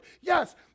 Yes